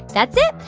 that's it.